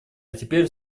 теперь